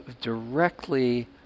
directly